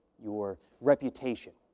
your reputation,